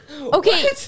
Okay